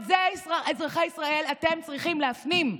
את זה, אזרחי ישראל, אתם צריכים להפנים.